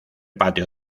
patio